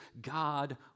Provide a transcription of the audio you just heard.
God